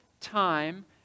time